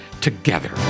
together